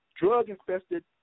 Drug-infested